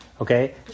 Okay